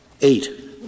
eight